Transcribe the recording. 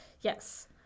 Yes